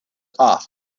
off